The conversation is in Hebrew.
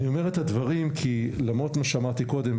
אני אומר את הדברים למרות מה שאמרתי קודם,